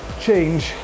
change